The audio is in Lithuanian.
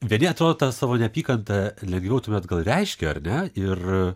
vieni atrodo tą savo neapykantą lygiuotumėt gal reiškia ar ne ir a